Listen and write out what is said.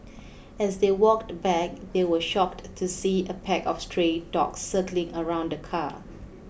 as they walked back they were shocked to see a pack of stray dogs circling around the car